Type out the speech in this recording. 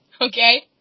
okay